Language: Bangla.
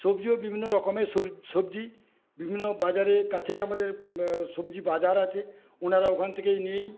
সবজিও বিভিন্ন রকমের সবজি বিভিন্ন বাজারের কাছেই আমাদের সবজি বাজার আছে ওনারা ওখান থেকেই নিই